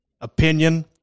opinion